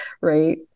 right